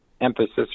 emphasis